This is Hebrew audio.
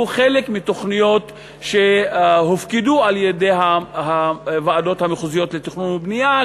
חלק מתוכניות שהופקדו על-ידי הוועדות המחוזיות לתכנון ובנייה.